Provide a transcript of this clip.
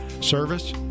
Service